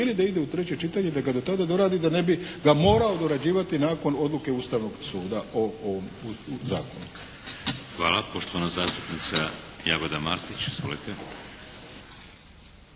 ili da ide u treće čitanje da ga do tada doradi da ne bi ga morao dorađivati nakon odluke Ustavnog suda o ovom zakonu. **Šeks, Vladimir (HDZ)** Hvala. Poštovana zastupnica Jagoda Martić. Izvolite.